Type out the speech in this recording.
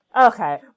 Okay